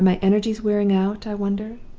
are my energies wearing out, i wonder,